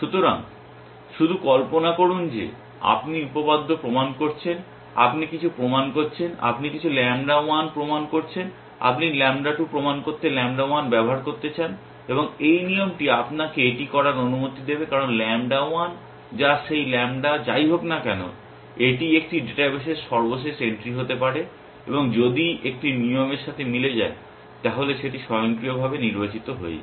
সুতরাং শুধু কল্পনা করুন যে আপনি উপপাদ্য প্রমাণ করছেন আপনি কিছু প্রমাণ করছেন আপনি কিছু ল্যাম্বডা 1 প্রমাণ করেছেন আপনি ল্যাম্বডা 2 প্রমাণ করতে ল্যাম্বডা 1 ব্যবহার করতে চান এবং এই নিয়মটি আপনাকে এটি করার অনুমতি দেবে কারণ ল্যাম্বডা 1 যা সেই ল্যাম্বডা যাই হোক না কেন এটি একটি ডাটাবেসের সর্বশেষ এন্ট্রি হতে পারে এবং যদি একটি নিয়ম এর সাথে মিলে যায় তাহলে সেটি স্বয়ংক্রিয়ভাবে নির্বাচিত হয়ে যাবে